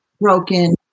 broken